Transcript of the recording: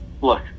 look